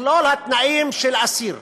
מכלול התנאים של אסיר: